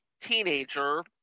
teenager